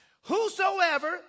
Whosoever